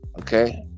Okay